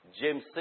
James